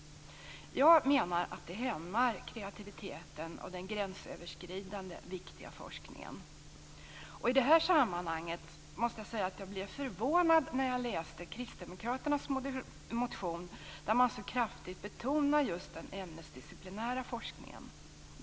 Jag menar att detta hämmar kreativiteten och den gränsöverskridande viktiga forskningen. I det sammanhanget måste jag säga att jag blev förvånad när jag läste Kristdemokraternas motion, där man så kraftigt betonar just den ämnesdisciplinära forskningen.